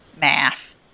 math